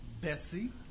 Bessie